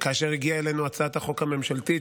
כאשר הגיעה אלינו הצעת החוק הממשלתית,